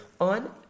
on